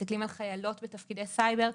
מסתכלים על חיילות בתפקידי סייבר,